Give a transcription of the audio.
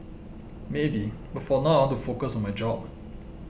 maybe but for now ought to focus on my job